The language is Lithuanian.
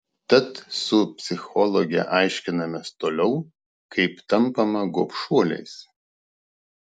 tad su psichologe aiškinamės toliau kaip tampama gobšuoliais